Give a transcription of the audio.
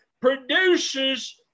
produces